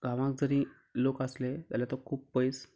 गांवांक जरी लोक आसले जाल्यार तो खूब पयस